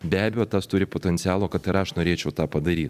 be abejo tas turi potencialo kad ir aš norėčiau tą padaryt